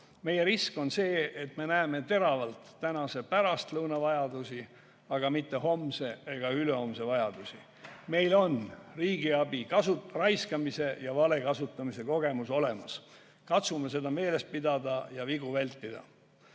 Meie risk on see, et me näeme teravalt tänase pärastlõuna vajadusi, aga mitte homse ega ülehomse vajadusi. Meil on riigiabi raiskamise ja vale kasutamise kogemus olemas. Katsume seda meeles pidada ja vigu vältida.